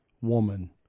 woman